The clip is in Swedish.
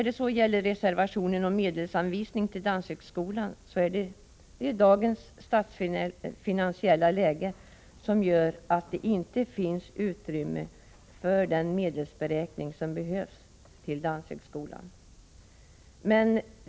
Det finns en reservation om medelsanvisning till danshögskolan, men dagens statsfinansiella läge gör att det inte finns utrymme för den medelsberäkning som behövs till danshögskolan.